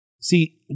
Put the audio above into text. See